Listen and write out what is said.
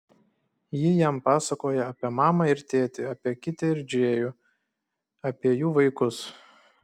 ji jam pasakoja apie mamą ir tėtį apie kitę ir džėjų apie jų vaikus